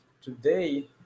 today